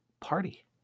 party